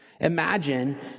Imagine